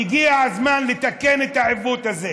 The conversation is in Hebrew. והגיע הזמן לתקן את העיוות הזה,